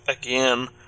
again